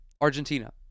Argentina